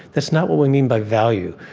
that's not what we mean by value.